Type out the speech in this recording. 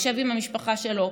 הוא יושב עם המשפחה שלו,